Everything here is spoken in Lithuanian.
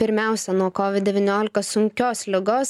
pirmiausia nuo kovid devyniolikos sunkios ligos